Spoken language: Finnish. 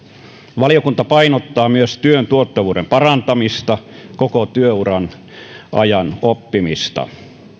valiokunta painottaa myös työn tuottavuuden parantamista ja koko työuran ajan oppimista